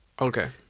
Okay